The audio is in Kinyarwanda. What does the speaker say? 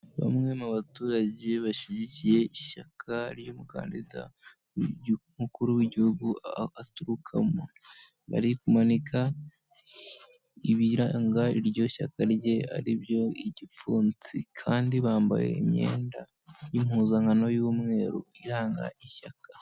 Bamwe mu baturage bashyigikiye ishyaka ry'umukandida w'umukuru w'igihugu aho aturukamo, bari kumanika ibiranga iryo shyaka rye aribyo igipfunsi, kandi bambaye imyenda y'impuzankano y'umweru iranga ishyaka.